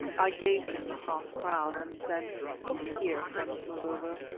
i gave him the half-crown and said look here, friend mavovo,